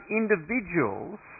individuals